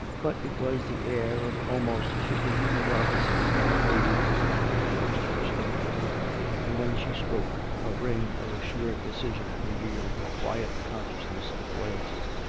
but it was the air of almost super human delicacy that breathed from her most forcibly and, when she spoke, a ring of assured decision revealed her quiet consciousness of royalty.